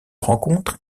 rencontres